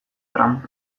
trump